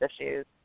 issues